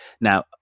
Now